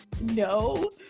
no